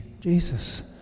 jesus